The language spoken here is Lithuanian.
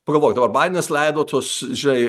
pagalvokit dabar baidenas leido tuos žinai